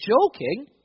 joking